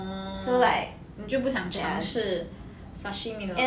orh 你就不想尝试 sashimi 了